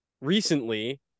recently